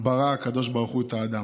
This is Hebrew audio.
ברא הקדוש ברוך הוא את האדם.